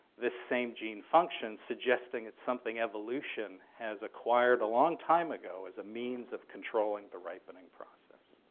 this same gene functions, suggesting it's something evolution has acquired a long time ago as a means of controlling the ripening process.